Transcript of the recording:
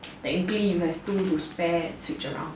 technically you have two to spare switch around